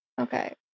Okay